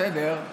בסדר.